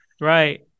right